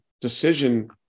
decision